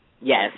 Yes